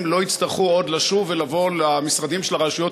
לא יצטרכו עוד לשוב ולבוא למשרדים של הרשויות